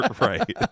right